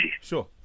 Sure